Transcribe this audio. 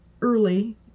early